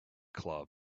club